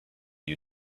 you